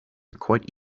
quite